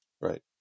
Right